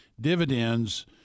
dividends